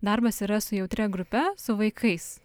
darbas yra su jautria grupe su vaikais